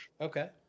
okay